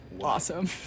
awesome